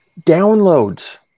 Downloads